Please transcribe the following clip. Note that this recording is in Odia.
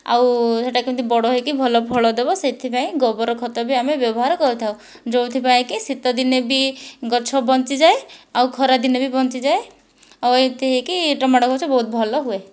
ଆଉ ସେଇଟା କେମିତି ବଡ଼ ହୋଇକି ଭଲ ଫଳ ଦେବ ସେଥିପାଇଁ ଗୋବର ଖତ ବି ଆମେ ବ୍ୟବହାର କରିଥାଉ ଯେଉଁଥିପାଇଁକି ଶୀତଦିନେ ବି ଗଛ ବଞ୍ଚିଯାଏ ଆଉ ଖରାଦିନେ ବି ବଞ୍ଚିଯାଏ ଆଉ ଏମିତି ହୋଇକି ଟମାଟୋ ଗଛ ବହୁତ ଭଲହୁଏ